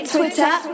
Twitter